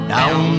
Down